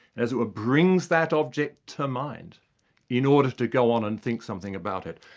as it were, brings that object to mind in order to go on and think something about it.